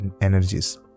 energies